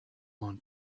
want